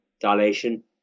dilation